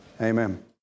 Amen